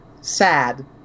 sad